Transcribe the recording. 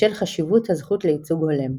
בשל חשיבות הזכות לייצוג הולם.